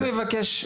מבקש,